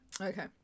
Okay